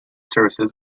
services